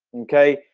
okay,